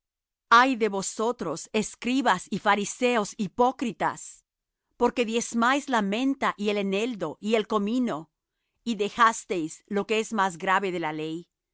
ay de vosotros escribas y fariseos hipócritas porque diezmáis la menta y el eneldo y el comino y dejasteis lo que es lo más grave de la ley